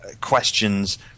questions